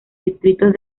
distritos